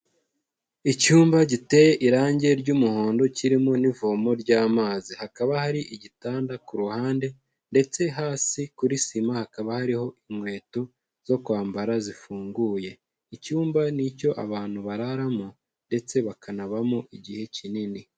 Icyumba giteye irangi ry'umuhondo kirimo n'ivomo ryamazi, hakaba hari igitanda ku ruhande ndetse hasi kuri sima hakaba hariho inkweto zo kwambara zifunguye, icyumba ni cyo abantu bararamo ndetse bakanabamo igihe kinini,